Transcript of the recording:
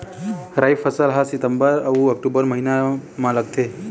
राई फसल हा सितंबर अऊ अक्टूबर महीना मा लगथे